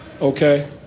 Okay